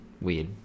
weird